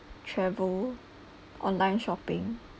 travel online shopping